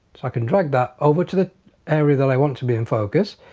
i can drag that over to the area that i want to be in focus.